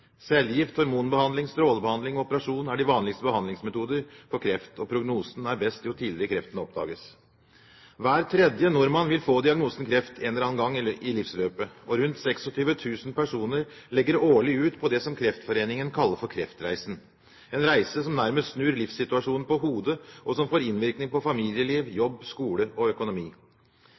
Cellegift, hormonbehandling, strålebehandling og operasjon er de vanligste behandlingsmetoder for kreft, og prognosene er best jo tidligere kreften oppdages. Hver tredje nordmann vil få diagnosen kreft en eller annen gang i livsløpet. Og rundt 26 000 personer legger årlig ut på det som Kreftforeningen kaller for kreftreisen, en reise som nærmest snur livssituasjonen på hodet, og som får innvirkning på familieliv, jobb, skole og økonomi.